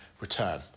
return